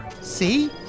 See